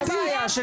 אין בעיה,